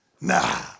Nah